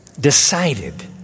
Decided